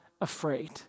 afraid